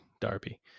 Darby